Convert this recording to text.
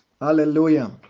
Hallelujah